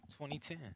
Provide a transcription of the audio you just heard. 2010